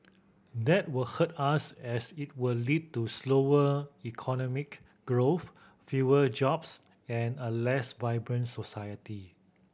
that will hurt us as it will lead to slower economic growth fewer jobs and a less vibrant society